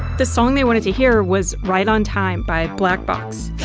the song they wanted to hear was ride on time by black box.